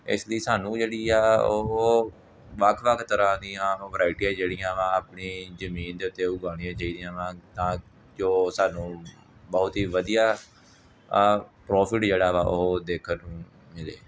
ਇਸ ਲਈ ਸਾਨੂੰ ਜਿਹੜੀ ਆ ਉਹ ਵੱਖ ਵੱਖ ਤਰ੍ਹਾਂ ਦੀਆਂ ਉਹ ਵਰਾਇਟੀਆਂ ਜਿਹੜੀਆਂ ਵਾ ਆਪਣੀ ਜ਼ਮੀਨ ਦੇ ਉੱਤੇ ਉਗਾਉਣੀਆਂ ਚਾਹੀਦੀਆਂ ਵਾ ਤਾਂ ਜੋ ਸਾਨੂੰ ਬਹੁਤ ਹੀ ਵਧੀਆ ਪ੍ਰੋਫਿਟ ਜਿਹੜਾ ਵਾ ਉਹ ਦੇਖਣ ਨੂੰ ਮਿਲੇ